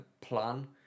plan